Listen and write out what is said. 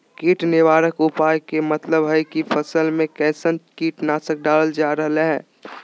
कीट निवारक उपाय के मतलव हई की फसल में कैसन कीट नाशक डालल जा रहल हई